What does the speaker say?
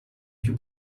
più